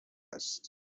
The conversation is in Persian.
است